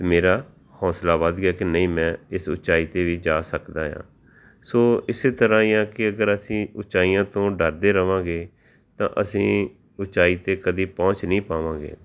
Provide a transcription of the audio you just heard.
ਅਤੇ ਮੇਰਾ ਹੌਂਸਲਾ ਵੱਧ ਗਿਆ ਕਿ ਨਹੀਂ ਮੈਂ ਇਸ ਉੱਚਾਈ 'ਤੇ ਵੀ ਜਾ ਸਕਦਾ ਹਾਂ ਸੋ ਇਸੇ ਤਰ੍ਹਾਂ ਹੀ ਆ ਕਿ ਅਗਰ ਅਸੀਂ ਉੱਚਾਈਆਂ ਤੋਂ ਡਰਦੇ ਰਵਾਂਗੇ ਤਾਂ ਅਸੀਂ ਉੱਚਾਈ 'ਤੇ ਕਦੇ ਪਹੁੰਚ ਨਹੀਂ ਪਾਵਾਂਗੇ